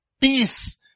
Peace